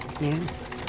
yes